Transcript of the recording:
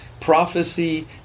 Prophecy